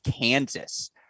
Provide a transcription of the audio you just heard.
Kansas